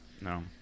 no